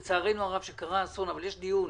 לצערנו הרב קרה אסון אבל יש דיון,